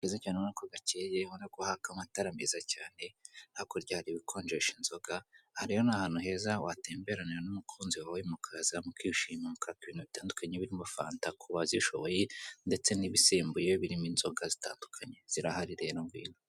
Akazu keza cyane ubona ko hakeye ubona ko haka amatara meza cyane, hakurya hari ibikonjesha inzoga, aha rero ni ahantu heza watemberanira n'umukunzi wawe, mukaza mukishima mukaka ibintu birimo fanta ku bazishoboye, ndetse n'ibisembuye birimo inzoga zitandukanye. Zirahari rero ngwino.